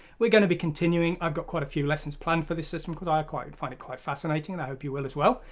we're going to be continuing i've got quite a few lessons planned for this system, because i acquired find it quite fascinating! and i hope you will as well.